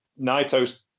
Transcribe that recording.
Naito's